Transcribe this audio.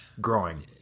growing